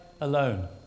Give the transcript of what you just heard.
alone